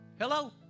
hello